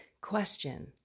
question